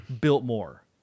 Biltmore